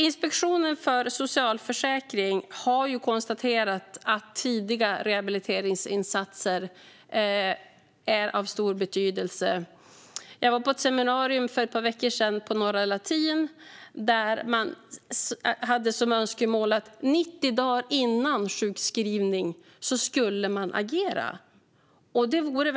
Inspektionen för socialförsäkringen har konstaterat att tidiga rehabiliteringsinsatser är av stor betydelse. Jag var på ett seminarium på Norra latin för ett par veckor sedan, och där framfördes önskemålet att man ska agera 90 dagar före sjukskrivning.